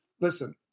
listen